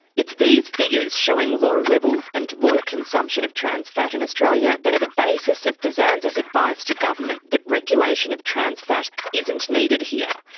it's these figures showing low levels and low consumption of trans fat in australia that are the basis of fsanz's advice to government that regulation of trans fat isn't needed here.